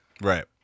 Right